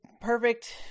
perfect